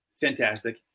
Fantastic